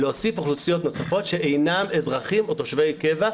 להוסיף אוכלוסיות נוספות שאינם אזרחים או תושבי קבע,